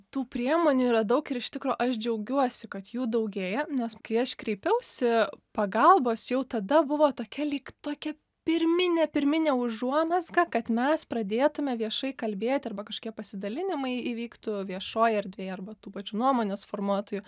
tų priemonių yra daug ir iš tikro aš džiaugiuosi kad jų daugėja nes kai aš kreipiausi pagalbos jau tada buvo tokia lyg tokia pirminė pirminė užuomazga kad mes pradėtume viešai kalbėt arba kažkokie pasidalinimai įvyktų viešoj erdvėj arba tų pačių nuomonės formuotojų